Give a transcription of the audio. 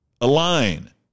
align